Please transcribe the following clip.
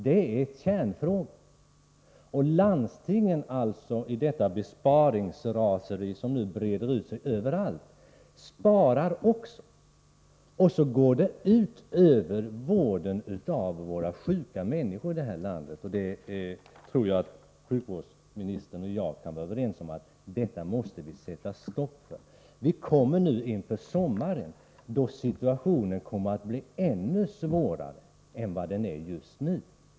Det är kärnfrågan. I det besparingsraseri som nu breder ut sig överallt sparar också landstingen, och det går ut över vården av de sjuka människorna här i landet. Jag tror att sjukvårdsministern och jag kan vara överens om att vi måste sätta stopp för detta. Inför sommaren kommer situationen att bli ännu svårare än den är nu.